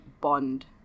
bond